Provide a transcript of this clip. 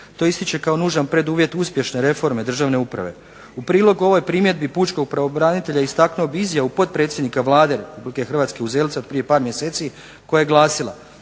To ističe kao nužan preduvjet uspješne reforme državne uprave. U prilog ovoj primjedbi pučkog pravobranitelja istaknuo bih izjavu potpredsjednika Vlade RH, Uzelca prije par mjeseci koja je glasila